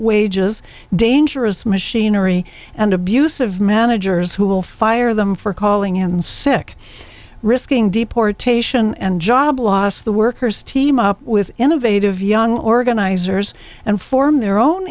wages dangerous machinery and abusive managers who will fire them for calling in sick risking deportation and job loss the workers team up with innovative young organizers and form their own